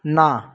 না